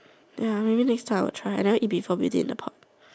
ya maybe next time I will try I never eat before beauty in a pot